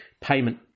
payment